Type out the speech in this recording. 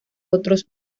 otros